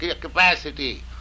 capacity